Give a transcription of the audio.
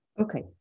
Okay